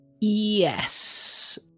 Yes